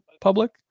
public